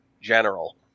general